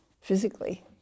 physically